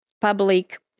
public